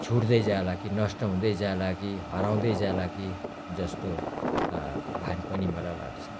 छुट्दै जाला कि नष्ट हुँदै जाला कि हराउँदै जाला कि जस्तो भान पनि मलाई लाग्छ